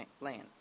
Land